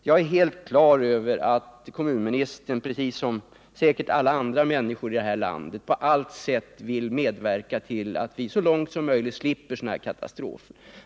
Jag är helt klar över att kommunministern, säkert precis som alla andra människor i det här landet, på allt sätt vill medverka till att vi så långt som möjligt slipper sådana här katastrofer.